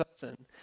person